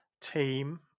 team